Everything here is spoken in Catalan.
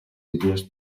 idees